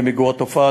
למיגור התופעה,